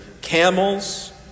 camels